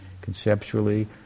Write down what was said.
conceptually